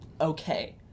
okay